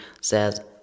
says